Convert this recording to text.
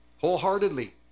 wholeheartedly